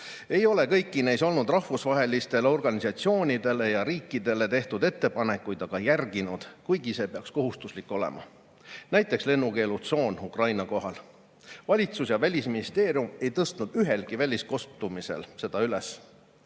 ei ole kõiki neis olnud rahvusvahelistele organisatsioonidele ja riikidele tehtud ettepanekuid aga järginud, kuigi see peaks kohustuslik olema. Näiteks lennukeelutsoon Ukraina kohal. Valitsus ja Välisministeerium ei tõstnud ühelgi väliskohtumisel seda üles. Eesti